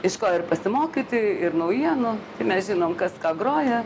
iš ko ir pasimokyti ir naujienų tai mes žinom kas ką groja